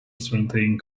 certain